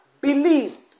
Believed